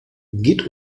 geht